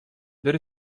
der